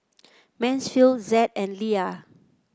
Mansfield Zed and Leah